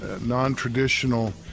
non-traditional